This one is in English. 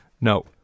No